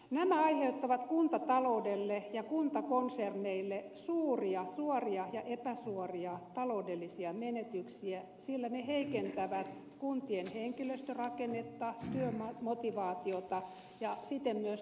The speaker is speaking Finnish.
nämä aiheuttavat kuntataloudelle ja kuntakonserneille suuria suoria ja epäsuoria taloudellisia menetyksiä sillä ne heikentävät kuntien henkilöstörakennetta työmotivaatiota ja siten myös tuottavuutta